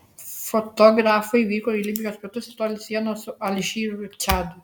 fotografai vyko į libijos pietus netoli sienos su alžyru ir čadu